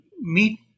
meet